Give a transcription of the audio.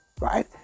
right